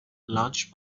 launch